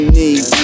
need